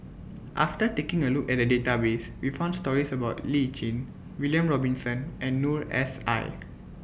after taking A Look At The Database We found stories about Lee Tjin William Robinson and Noor S I